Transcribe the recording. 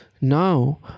now